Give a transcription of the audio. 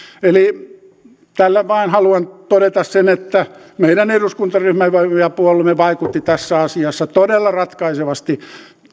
eli tällä vain haluan todeta sen että meidän eduskuntaryhmämme ja puolueemme vaikutti tässä asiassa todella ratkaisevasti